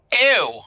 Ew